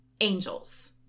angels